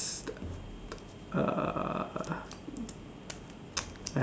uh